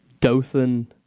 Dothan